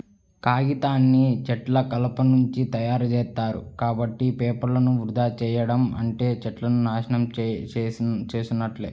కాగితాన్ని చెట్ల కలపనుంచి తయ్యారుజేత్తారు, కాబట్టి పేపర్లను వృధా చెయ్యడం అంటే చెట్లను నాశనం చేసున్నట్లే